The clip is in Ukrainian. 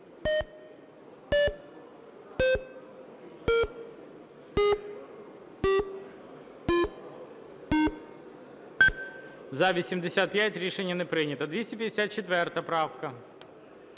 За-85 Рішення не прийнято. 254 правка.